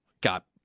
got